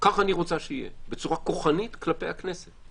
כך אני רוצה שיהיה בצורה כוחנית כלפי הכנסת.